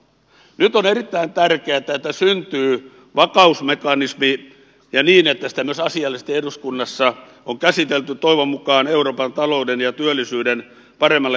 nyt on erittäin tärkeätä että syntyy vakausmekanismi ja niin että sitä myös asiallisesti eduskunnassa on käsitelty toivon mukaan euroopan talouden ja työllisyyden paremmaksi hoitamiseksi